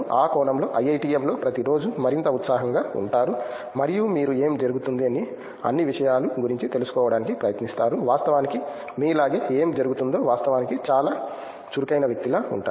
ఆ కోణంలో IITM లో ప్రతిరోజూ మరింత ఉత్సాహంగా ఉంటారు మరియు మీరు ఏమి జరుగుతుంది అని అన్ని విషయాల గురించి తెలుసుకోవడానికి ప్రయత్నిస్తారు వాస్తవానికి మీలాగే ఏమి జరుగుతుందో వాస్తవానికి చాలా చురుకైన వ్యక్తిలా ఉంటారు